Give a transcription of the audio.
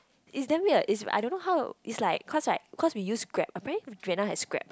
it's damn weird is I don't know how it's like cause like cause we use Grab apparently Vietnam has Grab